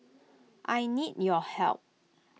I need your help